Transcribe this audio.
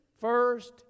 first